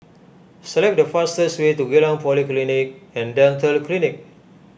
select the fastest way to Geylang Polyclinic and Dental Clinic